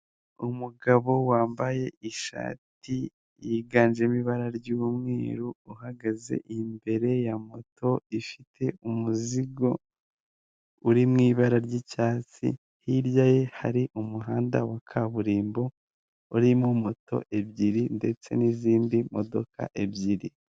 Umugabo wambaye ishati yiganjemo ibara ry'umweru, uhagaze imbere ya moto ifite umuzigo uri mw'ibara ry'icyatsi, hirya ye hari umuhanda wa kaburimbo urimo moto ebyiri ndetse n'izindi modoka ebyiri.